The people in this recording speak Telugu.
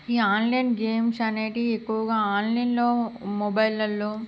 ఈ ఆన్లైన్ గేమ్స్ అనేటివి ఎక్కువగా ఆన్లైన్లల్లో మొబైలల్లో